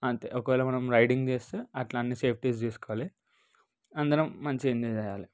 అంతే ఒకవేళ మనం రైడింగ్ చేస్తే అట్లా అన్నీ సేఫ్టీస్ తీసుకోవాలి అందరం మంచిగా ఎంజాయ్ చేయాలి